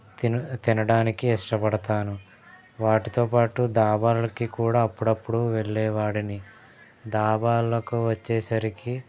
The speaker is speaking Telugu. తిన తినడానికి ఇష్టపడతాను వాటితో పాటు దాబాలకి కూడా అప్పుడప్పుడు వెళ్ళే వాడిని దాబాల్లోకి వచ్చేసరికి